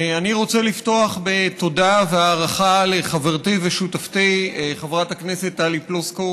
אני רוצה לפתוח בתודה והערכה לחברתי ושותפתי חברת הכנסת טלי פלוסקוב.